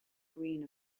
greene